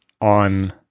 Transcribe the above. on